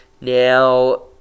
Now